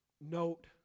note